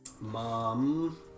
Mom